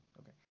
okay